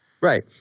Right